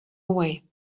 away